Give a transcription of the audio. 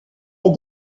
est